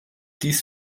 dies